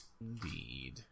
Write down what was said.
Indeed